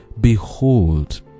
Behold